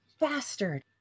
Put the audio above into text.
Bastard